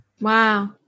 Wow